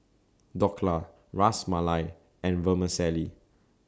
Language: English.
Dhokla Ras Malai and Vermicelli